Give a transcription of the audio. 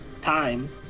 time